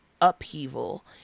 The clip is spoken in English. upheaval